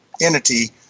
entity